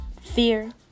fear